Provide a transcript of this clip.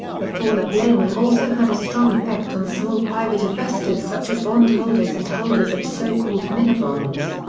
the fall of lehman also had a strong effect on small private investors such as bond holders and holders of so-called minibonds.